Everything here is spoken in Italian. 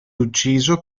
ucciso